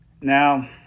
Now